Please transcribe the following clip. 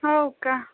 हो का